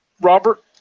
Robert